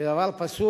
זה דבר פסול.